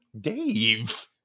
Dave